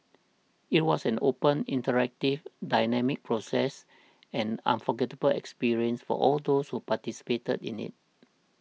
it was an open interactive dynamic process an unforgettable experience for all those who participated in it